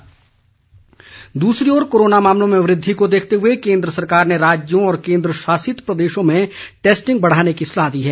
स्वास्थ्य मंत्रालय दूसरी ओर कोरोना मामलों में वृद्धि को देखते हुए केंद्र सरकार ने राज्यों व केंद्रशासित प्रदेशों को टैस्टिंग बढ़ाने की सलाह दी है